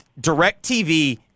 DirecTV